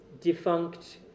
defunct